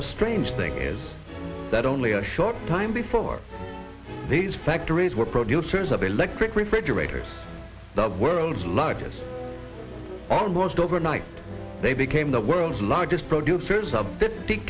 the strange thing is that only a short time before these factories were producers of electric refrigerators the world's largest almost overnight they became the world's largest producers of the